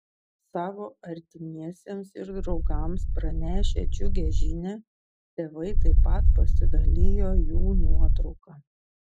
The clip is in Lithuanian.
savo artimiesiems ir draugams pranešę džiugią žinią tėvai taip pat pasidalijo jų nuotrauka